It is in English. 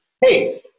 hey